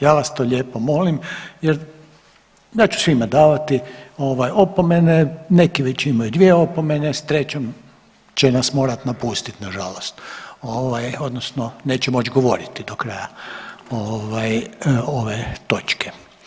Ja vas to lijepo molim jer ja ću svima davati ovaj opomene, neki već imaju dvije opomene, s trećom će nas morat napustit nažalost odnosno neće moći govoriti do kraja ove točke.